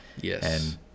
Yes